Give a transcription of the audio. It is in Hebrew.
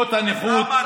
קצבאות הנכות,